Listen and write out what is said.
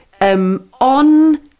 on